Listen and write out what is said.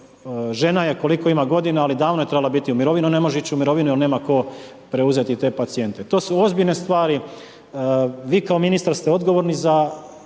žena je, koliko ima godina, ali davno je trebala biti u mirovini. Ona ne može ići u mirovinu jer nema tko preuzeti te pacijente. To su ozbiljne stvari i vi kao ministar ste odgovorni za,